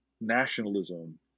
nationalism